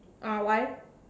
uh why